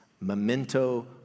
memento